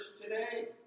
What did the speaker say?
today